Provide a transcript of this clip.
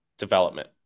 Development